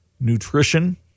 nutrition